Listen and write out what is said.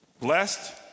Blessed